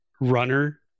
runner